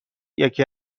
یکی